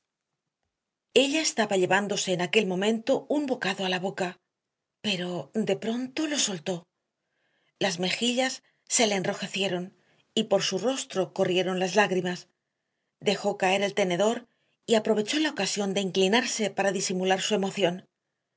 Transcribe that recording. ella estaba llevándose en aquel momento un bocado a la boca pero de pronto lo soltó las mejillas se le enrojecieron y por su rostro corrieron las lágrimas dejó caer el tenedor y aprovechó la ocasión de inclinarse para disimular su emoción